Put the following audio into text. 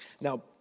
Now